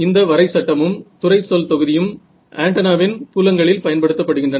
இந்த வரை சட்டமும் துறை சொல் தொகுதியும் ஆன்டென்னாவின் புலங்களில் பயன்படுத்தப்படுகின்றன